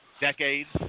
decades